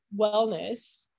wellness